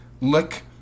look